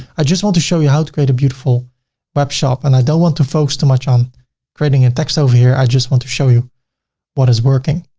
i just want to show you how to create a beautiful web shop. and i don't want to focus too much on creating a text over here, i just want to show you what is working.